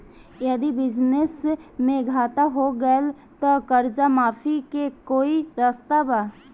यदि बिजनेस मे घाटा हो गएल त कर्जा माफी के कोई रास्ता बा?